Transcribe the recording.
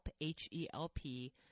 H-E-L-P